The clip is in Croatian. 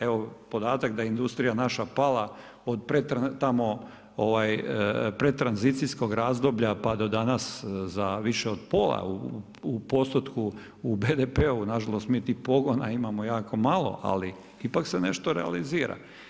Evo podatak da je industrija naša pala od pred tranzicijskog razdoblja pa do danas više od pola u postotku u BDP-a, nažalost mi tih pogona imamo jako malo, ali ipak se nešto realizira.